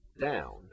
down